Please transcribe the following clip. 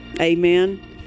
Amen